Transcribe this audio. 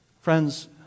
Friends